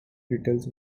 details